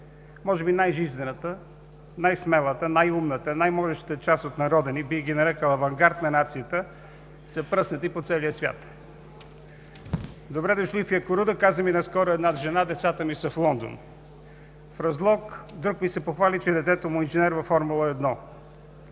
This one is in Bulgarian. може би най-жизнената, най-смелата, най-умната, най-можеща част от народа ни, бих ги нарекъл авангард на нацията, са пръснати по целия свят. „Добре дошли в Якоруда – каза ми наскоро една жена, децата ми са в Лондон“. В Разлог друг ми се похвали, че детето му е инженер във Формула 1.